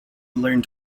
learned